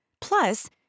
Plus